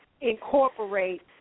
incorporate